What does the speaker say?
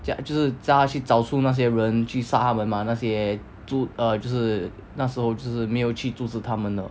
叫就是叫她找出那些人去杀他们 mah 那些阻 err 就是那时候就是没有去阻止他们的